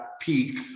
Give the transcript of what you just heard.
peak